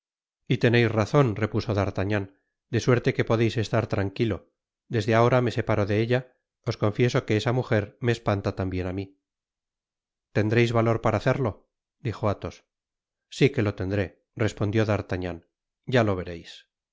y teneis razon repuso d'artagnan de suerte que podeis estar tranquilo desde ahorajme separo de ella os confieso que esa mujer me espanta tambien á mi tendreis valor para hacerlo dijo athos si quelo tendré respondió d'artagnan ya lo vereis